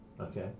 Okay